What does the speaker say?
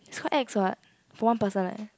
it's quite ex what for one person eh